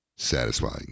Satisfying